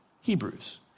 Hebrews